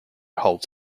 holds